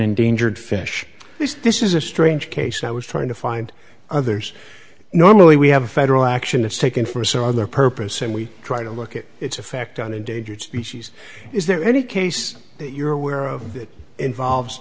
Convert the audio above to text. endangered fish this is a strange case i was trying to find others normally we have a federal action it's taken for some other purpose and we try to look at its effect on endangered species is there any case that you're aware of that involves